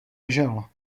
ležel